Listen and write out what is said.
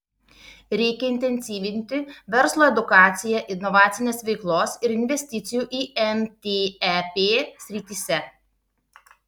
reikia intensyvinti verslo edukaciją inovacinės veiklos ir investicijų į mtep srityse